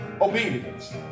Obedience